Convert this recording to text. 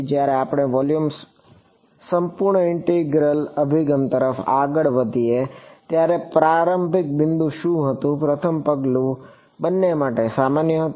જ્યારે આપણે વોલ્યુમ સંપૂર્ણ ઇન્ટિગ્રલ અભિગમ તરફ આગળ વધીએ ત્યારે પ્રારંભિક બિંદુ શું હતું પ્રથમ પગલું બંને માટે સામાન્ય હતું